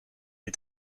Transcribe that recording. des